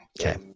Okay